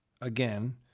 again